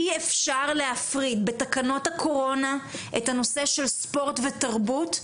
אי אפשר להפריד בתקנות הקורונה את הנושא של ספורט ותרבות,